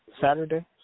Saturday